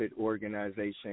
organization